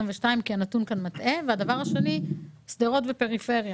הדבר השני זה שדרות ופריפריה